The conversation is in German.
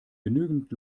genügend